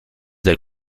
del